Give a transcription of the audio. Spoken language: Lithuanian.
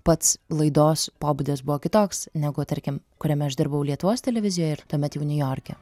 pats laidos pobūdis buvo kitoks negu tarkim kuriame aš dirbau lietuvos televizijoje ir tuomet jau niujorke